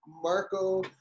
Marco